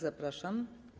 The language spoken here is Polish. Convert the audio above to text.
Zapraszam.